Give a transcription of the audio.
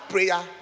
Prayer